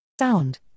Sound